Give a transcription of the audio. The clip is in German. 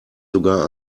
sogar